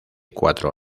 cuatro